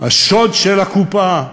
"השוד של הקופה".